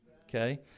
Okay